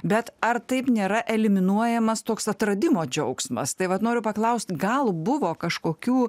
bet ar taip nėra eliminuojamas toks atradimo džiaugsmas tai vat noriu paklausti gal buvo kažkokių